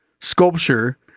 sculpture